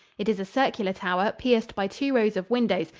it is a circular tower, pierced by two rows of windows,